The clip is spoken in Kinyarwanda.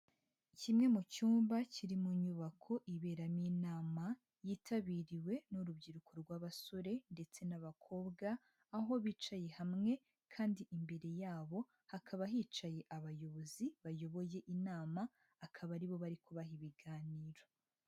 Kimwe mu cyumba kiri mu nyubako iberamo inama yitabiriwe n'urubyiruko rw'abasore ndetse n'abakobwa, aho bicaye hamwe kandi imbere yabo hakaba hicaye abayobozi bayoboye inama, akaba aribo bari kubaha ibiganiro.